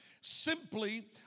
simply